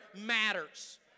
matters